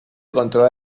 controla